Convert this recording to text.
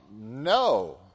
No